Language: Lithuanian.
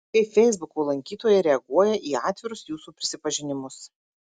kaip feisbuko lankytojai reaguoja į atvirus jūsų prisipažinimus